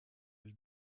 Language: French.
elle